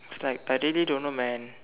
it's like I really don't know man